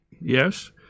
Yes